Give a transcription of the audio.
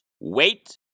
wait